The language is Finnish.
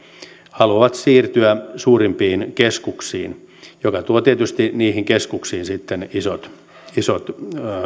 haluavat siirtyä suurimpiin keskuksiin mikä tuo tietysti niihin keskuksiin isot isot